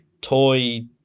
toy